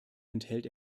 enthält